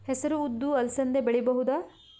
ಹೆಸರು ಉದ್ದು ಅಲಸಂದೆ ಬೆಳೆಯಬಹುದಾ?